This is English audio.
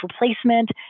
replacement